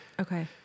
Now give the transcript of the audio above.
Okay